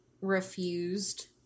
refused